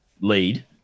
lead